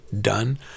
done